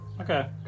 okay